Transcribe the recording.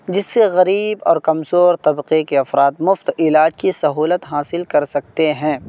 جس سے غریب اور کمزور طبقے کے افراد مفت علاج کی سہولت حاصل کر سکتے ہیں